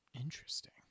Interesting